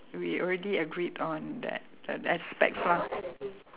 we already agreed on that that aspects lah